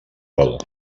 vol